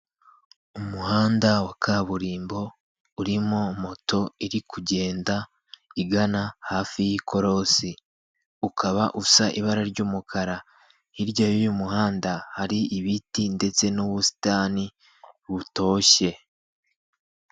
Umuhanda wa kaburimbo urimo moto iri kugenda igana hafi y'ikorosi ukaba usa ibara ry'umukara, hirya y'uyu muhanda hari ibiti ndetse n'ubusitani butoshye.